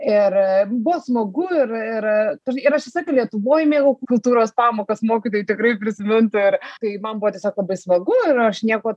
ir buvo smagu ir ir ir aš visą laiką lietuvoj mėgau kultūros pamokas mokytojai tikrai prisimintų ir tai man buvo tiesiog labai smagu ir aš nieko